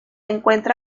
encuentra